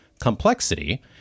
complexity